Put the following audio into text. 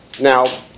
Now